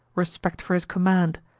respect for his command,